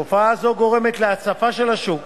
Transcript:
תופעה זו גורמת להצפה של השוק